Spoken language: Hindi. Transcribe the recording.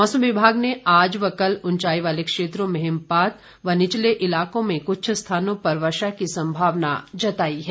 मौसम विभाग ने आज व कल उंचाई वाले क्षेत्रों में हिमपात व निचले इलाकों में कुछ स्थानों पर वर्षा की संभावना जताई है